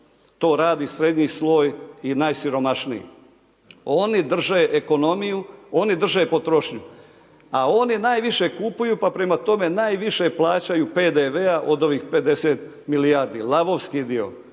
To radi srednji sloj i najsiromašniji. Oni drže ekonomiju, oni drže potrošnju. A oni najviše kupuju, pa prema tome najviše plaćaju PDV-a od ovih 50 milijardi, lavovski dio.